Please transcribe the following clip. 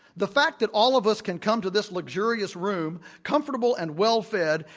the fact that all of us can come to this luxurious room, comfortable and well-fed,